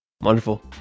Wonderful